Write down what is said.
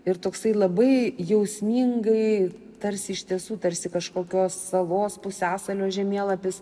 ir toksai labai jausmingai tarsi iš tiesų tarsi kažkokios savos pusiasalio žemėlapis